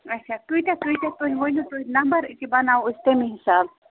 اَچھا کٲتیٛاہ کٲتیٛاہ تُہۍ ؤنِو توتہِ نَمبر یہِ کہِ بَناوو أسۍ تٔمی حِسابہٕ